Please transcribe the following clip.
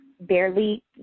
barely